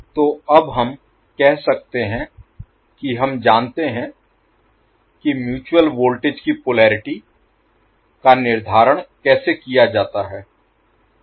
तो अब हम कह सकते हैं कि हम जानते हैं कि म्यूचुअल वोल्टेज की पोलेरिटी का निर्धारण कैसे किया जाता है